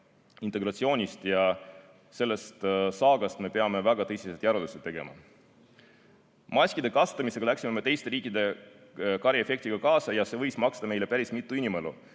integratsioonist. Sellest saagast me peame väga tõsiselt järeldusi tegema. Maskide kasutamisega läksime teiste riikide karjaefektiga kaasa ja see võis maksta meile päris mitu inimelu